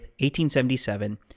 1877